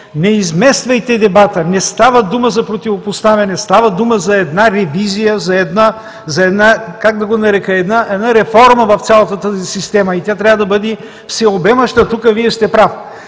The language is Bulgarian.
Не измествайте дебата, не става дума за противопоставяне, става дума за една ревизия, за една, как да я нарека, реформа в цялата тази система и тя трябва да бъде всеобемаща. Тук Вие сте прав.